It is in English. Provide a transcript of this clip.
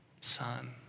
son